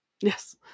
Yes